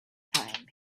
time